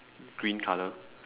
green colour